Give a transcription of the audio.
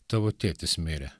tavo tėtis mirė